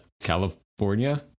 California